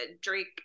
drake